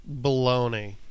baloney